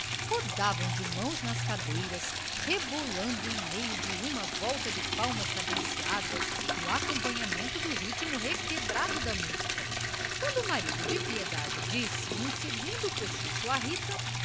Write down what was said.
rodavam de mãos nas cadeiras rebolando em meio de uma volta de palmas cadenciadas no acompanhamento do ritmo requebrado da musica quando o marido de piedade disse um segundo cochicho à rita